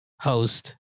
host